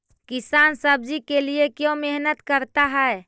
किसान सब्जी के लिए क्यों मेहनत करता है?